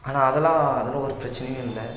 ஆனால் அதெல்லாம் அதெல்லாம் ஒரு பிரச்சினையும் இல்லை